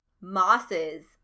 Mosses